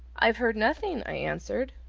i've heard nothing, i answered.